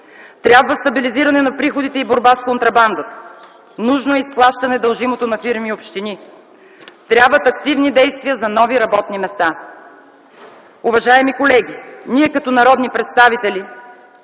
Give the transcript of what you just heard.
Трябва стабилизиране на приходите и борба с контрабандата. Нужно е изплащане дължимото на фирми и общини. Трябват активни действия за нови работни места. Уважаеми колеги, ние, като народни представители,